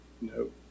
No